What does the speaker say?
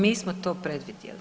Mi smo to predvidjeli.